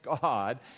God